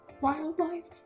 wildlife